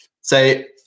say